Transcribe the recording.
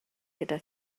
gyda